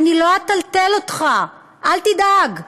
לא אטלטל אותך, אל תדאג.